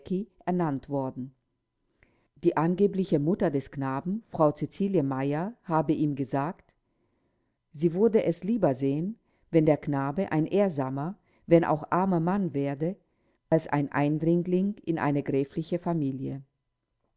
ernannt worden die angebliche mutter des knaben frau cäcilie meyer habe ihm gesagt sie wurde es lieber sehen wenn der knabe ein ehrsamer wenn auch armer mann werde als ein eindringling in eine gräfliche familie